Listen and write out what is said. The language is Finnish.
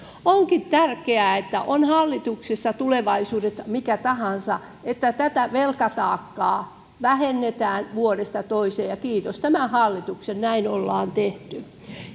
onkin tärkeää että on hallitus tulevaisuudessa mikä tahansa tätä velkataakkaa vähennetään vuodesta toiseen kiitos tämän hallituksen näin ollaan tehty